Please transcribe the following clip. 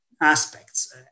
aspects